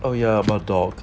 oh ya about dog